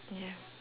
ya